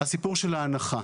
הסיפור של ההנחה.